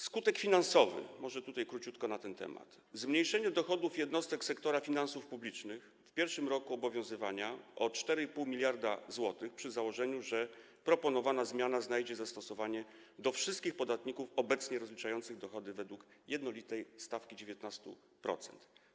Skutek finansowy - może króciutko na ten temat - to zmniejszenie dochodów jednostek sektora finansów publicznych w pierwszym roku obowiązywania o 4,5 mld zł przy założeniu, że proponowana zmiana znajdzie zastosowanie do wszystkich podatników obecnie rozliczających dochody według jednolitej stawki 19%.